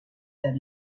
that